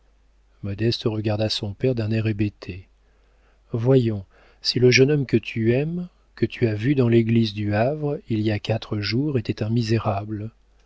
modeste regarda son père d'un air hébété voyons si le jeune homme que tu aimes que tu as vu dans l'église du havre il y a quatre jours était un misérable